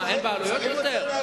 מה, אין בעלות יותר?